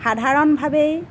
সাধাৰণভাৱেই